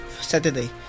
Saturday